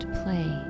play